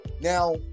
Now